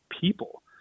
people